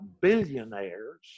billionaires